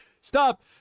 Stop